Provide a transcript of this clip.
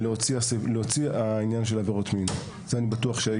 להוציא את נושא העבירות מין, לגביו אני בטוח .